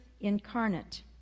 incarnate